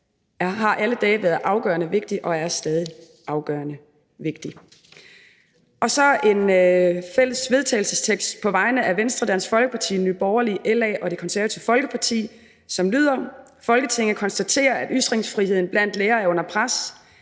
har alle dage været afgørende vigtig og er stadig afgørende vigtig. Så vil jeg læse en fælles vedtagelsestekst op på vegne af Venstre, Dansk Folkeparti, Nye Borgerlige, LA og Det Konservative Folkeparti: Forslag til vedtagelse »Folketinget konstaterer, at ytringsfriheden blandt lærere er under pres.